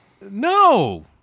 no